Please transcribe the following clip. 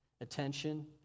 attention